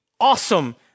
awesome